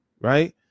right